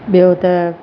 ॿियो त